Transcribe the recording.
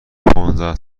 پانزده